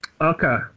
okay